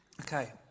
Okay